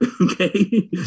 okay